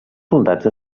soldats